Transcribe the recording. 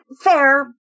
fair